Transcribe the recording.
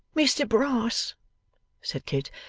mr brass said kit.